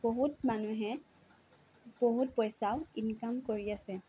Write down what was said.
বহুত মানুহে বহুত পইচাও ইনকাম কৰি আছে